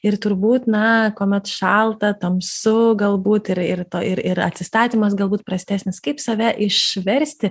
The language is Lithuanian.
ir turbūt na kuomet šalta tamsu galbūt ir ir to ir ir atsistatymas galbūt prastesnis kaip save išversti